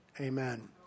Amen